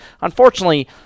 Unfortunately